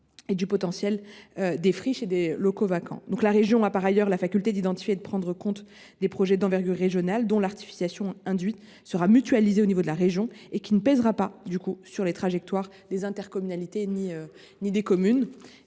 existant dans les friches ou les locaux vacants. La région a par ailleurs la faculté d’identifier et de prendre en compte des projets d’envergure régionale, dont l’artificialisation induite sera mutualisée à l’échelon régional et qui ne pèseront donc pas sur les trajectoires des intercommunalités et des communes.